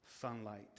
sunlight